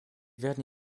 werden